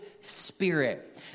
Spirit